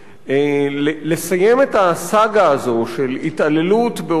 לסיים את הסאגה הזאת של התעללות באותם